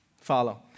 follow